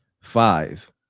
Five